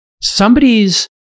somebody's